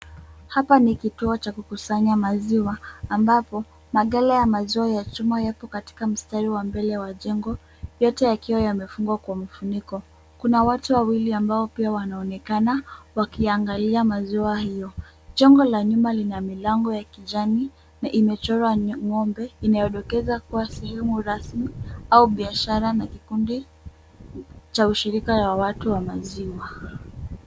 Hapa ni kituo cha kukusanya maziwa ambapo magala ya maziwa ya chuma yapo katika mstari wa mbele wa jengo yote yakiwa yamefungwa kwa mfuniko. Kuna watu wawili ambao pia wameonekana wakiangalia maziwa hiyo. Jengo la nyumba lina milango ya kijani na imechorwa ng'ombe inayodokeza kuwa sehemu rasmi au biashara na kikundi cha ushirika ya watu wa maziwa.